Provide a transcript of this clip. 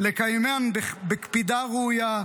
לקיימן בקפידה ראויה,